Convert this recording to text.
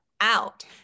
out